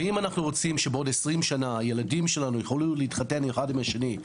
ואם אנחנו רוצים שבעוד 20 שנה הילדים שלנו יוכלו להתחתן אחד עם השני,